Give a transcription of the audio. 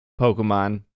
pokemon